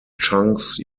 chunks